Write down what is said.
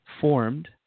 formed